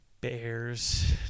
Bears